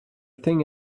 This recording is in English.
thing